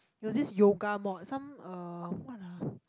there was this yoga mod some uh what ah